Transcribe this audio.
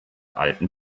alten